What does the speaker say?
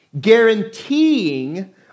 guaranteeing